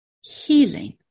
Healing